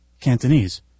Cantonese